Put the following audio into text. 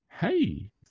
hey